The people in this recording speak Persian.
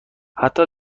حتی